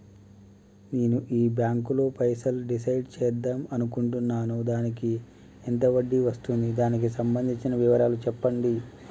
నేను ఈ బ్యాంకులో పైసలు డిసైడ్ చేద్దాం అనుకుంటున్నాను దానికి ఎంత వడ్డీ వస్తుంది దానికి సంబంధించిన వివరాలు చెప్పండి?